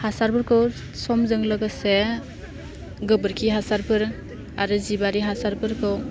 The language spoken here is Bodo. हासारफोरखौ समजों लोगोसे गोबोरखि हासारफोर आरो जिबारि हासारफोरखौ